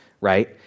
right